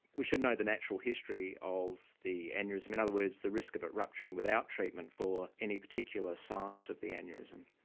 we should know the natural history of the aneurysm, in other words, the risk of it rupturing without treatment for any particular size of the aneurysm.